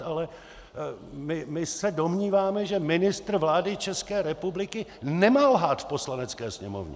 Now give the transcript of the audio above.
Ale my se domníváme, že ministr vlády České republiky nemá v Poslanecké sněmovně lhát!